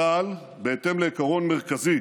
צה"ל, בהתאם לעיקרון מרכזי